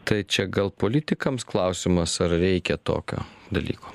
tai čia gal politikams klausimas ar reikia tokio dalyko